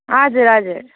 हजुर हजुर